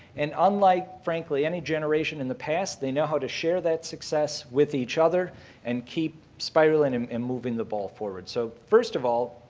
and unlike, frankly, any generation in the past, they know how to share that success with each other and keep spiraling and and moving the ball forward. so first of all,